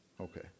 Okay